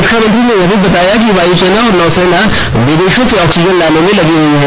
रक्षा मंत्री ने यह भी बताया कि वायुसेना और नौसेना विदेशों से ऑक्सींजन लाने में लगी हैं